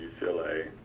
UCLA